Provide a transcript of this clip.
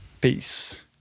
peace